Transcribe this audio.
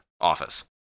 office